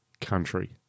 Country